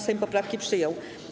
Sejm poprawki przyjął.